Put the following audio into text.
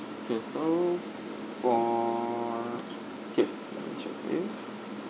okay so for okay let me check for you